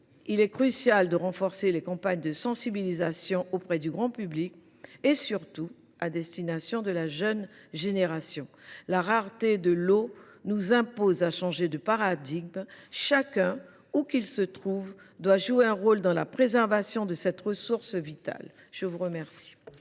Il est crucial de renforcer les campagnes de sensibilisation menées auprès du grand public, et surtout à destination de la jeune génération. La rareté de l’eau nous impose de changer de paradigme ; chacun, où qu’il se trouve, doit jouer un rôle dans la préservation de cette ressource vitale. La parole